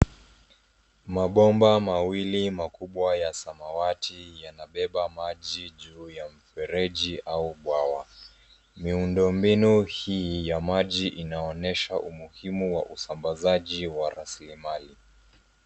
Mabomba mawili makubwa ya samawati yanabeba maji juu ya mfereji au bwawa. Miundo mbinu hii ya maji inaonesha umuhimu wa usambazaji wa raslimali.